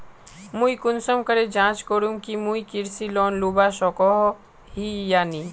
मुई कुंसम करे जाँच करूम की मुई कृषि लोन लुबा सकोहो ही या नी?